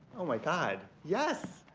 oh my god, yes.